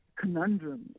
conundrum